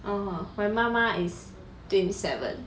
orh my 妈妈 is twenty seven